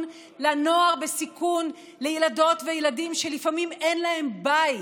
לנוער בסיכון לילדות וילדים שלפעמים אין להם בית.